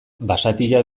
basatia